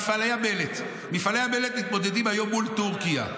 מפעלי המלט: מפעלי המלט מתמודדים היום מול טורקיה.